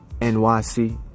NYC